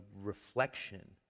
reflection